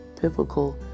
biblical